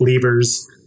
levers